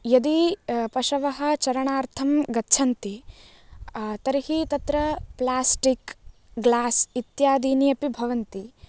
यदि पशवः चरणार्थं गच्छन्ति तर्हि तत्र प्लास्टिक् ग्लास् इत्यादीनि अपि भवन्ति